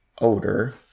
odor